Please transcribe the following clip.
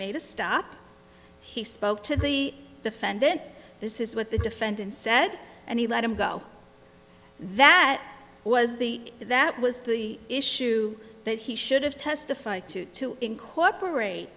made a stop he spoke to the defendant this is what the defendant said and he let him go that was the that was the issue that he should have testified to to incorporate